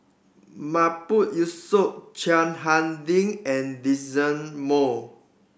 Yusof Chiang Hai Ding and Moss